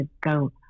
go